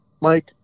Mike